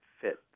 fit